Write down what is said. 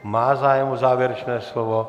Má zájem o závěrečné slovo.